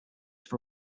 for